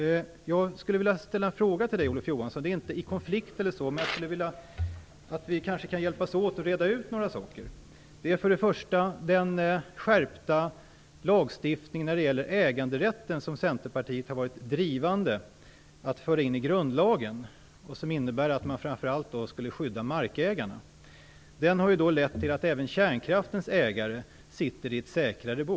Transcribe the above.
Jag skulle vilja ställa ett par frågor till Olof Johansson. Det är inte i konflikt eller så, men vi kanske kunde hjälpas åt att reda ut ett par saker. Det gäller till att börja med den skärpta lagstiftningen beträffande äganderätten. Centerpartiet har varit drivande när det gällt att föra in den i grundlagen. Innebörden är framför allt att man skyddar markägarna. Det har lett till att även kärnkraftens ägare sitter i ett säkrare bo.